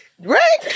Right